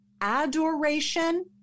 adoration